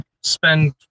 spend